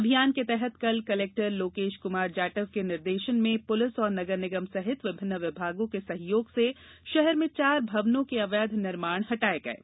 अभियान के तहत कल कलेक्टर लोकेश कुमार जाटव के निर्देशन में पुलिस और नगर निगम सहित विभिन्न विभागों के सहयोग से षहर में चार भवनों के अवैध निर्माण हटाये गये